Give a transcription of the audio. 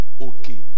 Okay